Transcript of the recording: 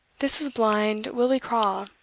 this was blind willie craw.